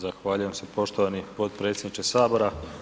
Zahvaljujem se poštovani potpredsjedniče Sabora.